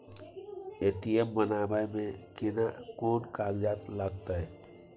ATM बनाबै मे केना कोन कागजात लागतै?